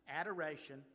Adoration